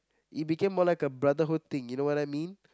it became more like a brotherhood thing you know what I mean